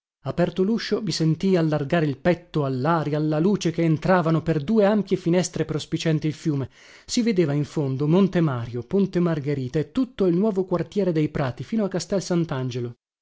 aperto luscio mi sentii allargare il petto allaria alla luce che entravano per due ampie finestre prospicienti il fiume si vedeva in fondo in fondo monte mario ponte margherita e tutto il nuovo quartiere dei prati fino a castel